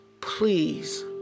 Please